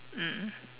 mm